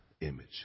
image